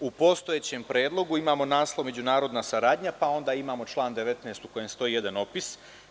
U postojećem predlogu imamo naslov – Međunarodna saradnja, pa onda imamo član 19. u kojem stoji jedan opis.